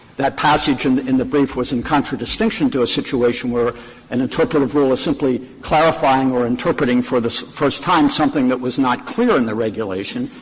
that passage and in the brief was in contradistinction to a situation where an interpretative rule is simply clarifying or interpreting for the first time something that was not clear in the regulation.